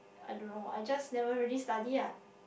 I don't know I just never really study ah